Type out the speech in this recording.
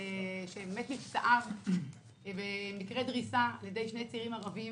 שמת מפצעיו במקרה דריסה על ידי שני צעירים ערבים.